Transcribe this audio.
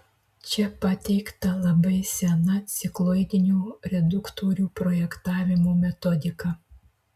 čia pateikta labai sena cikloidinių reduktorių projektavimo metodika